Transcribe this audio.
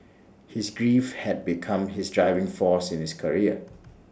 his grief had become his driving force in his career